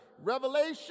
Revelation